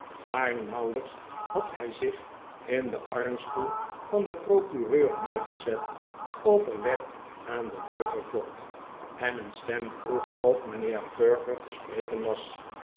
maar nauwelijks had hij zich in den armstoel van den procureur neergezet of er werd aan de deur geklopt en een stem vroeg of mijnheer perker te spreken was